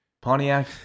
Pontiac